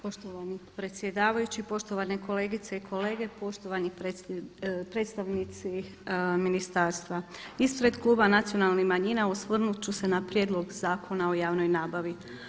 Poštovani predsjedavajući, poštovana kolegice i kolege, poštovani predstavnici ministarstva ispred kluba Nacionalnih manjina osvrnut ću se na prijedlog Zakona o javnoj nabavi.